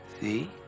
See